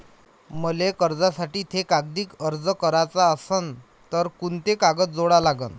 मले कर्जासाठी थे कागदी अर्ज कराचा असन तर कुंते कागद जोडा लागन?